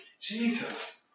Jesus